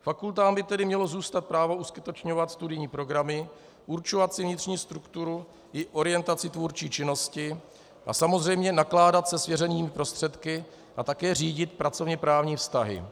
Fakultám by mělo zůstat právo uskutečňovat studijní programy, určovat si vnitřní strukturu i orientaci tvůrčí činnosti a samozřejmě nakládat se svěřenými prostředky a také řídit pracovněprávní vztahy.